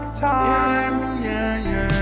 time